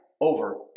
over